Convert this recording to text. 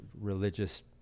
religious